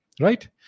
right